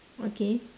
!huh! okay